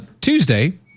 Tuesday